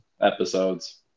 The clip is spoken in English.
episodes